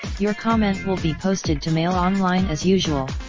your comment will be posted to mailonline as usual